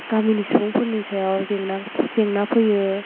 गामिनि सुबुंफोरनि सायाव जेंना फैयो